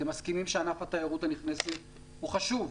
אתם מסכימים שענף התיירות הנכנסת הוא חשוב,